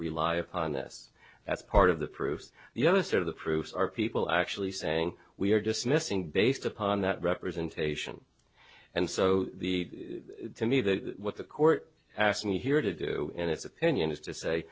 rely on this that's part of the proof the other side of the proofs are people actually saying we are dismissing based upon that representation and so the to me the what the court asked me here to do in its opinion is to say